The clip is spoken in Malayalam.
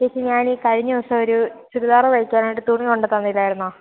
ചേച്ചി ഞാൻ ഈ കഴിഞ്ഞ ദിവസം ഒരു ചുരിദാർ തയ്ക്കാനായിട്ട് തുണി കൊണ്ടു തന്നില്ലായിരുന്നോ